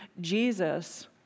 Jesus